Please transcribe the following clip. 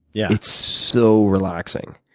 yeah it's so relaxing.